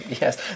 yes